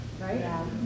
Right